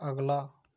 अगला